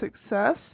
success